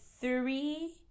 three